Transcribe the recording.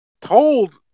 told